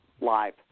Live